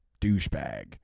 douchebag